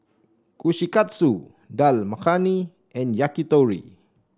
Kushikatsu Dal Makhani and Yakitori